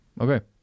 Okay